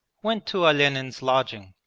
went to olenin's lodging,